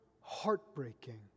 heartbreaking